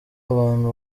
abantu